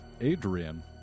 Adrian